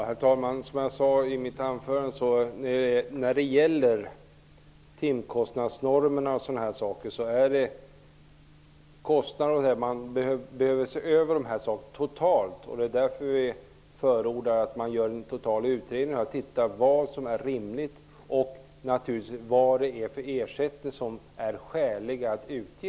Herr talman! Som jag sade i mitt anförande angående bl.a. timkostnadsnormer behöver man se över de totala kostnaderna. Det är därför som vi förordar en utredning som skall se på vad som är rimligt och vilken ersättning som är det är skäligt att utge.